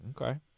Okay